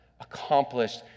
accomplished